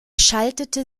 schaltete